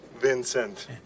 Vincent